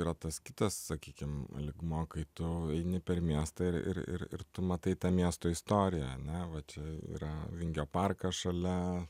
yra tas kitas sakykim lygmuo kai tu eini per miestą ir ir ir tu matai tą miesto istoriją ane va čia yra vingio parkas šalia